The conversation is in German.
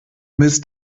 mist